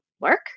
work